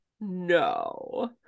no